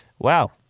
wow